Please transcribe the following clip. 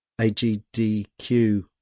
agdq